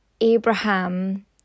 Abraham